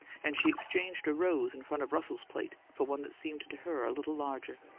and she exchanged a rose in front of russell's plate for one that seemed to her a little larger.